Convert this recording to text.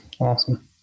awesome